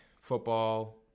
football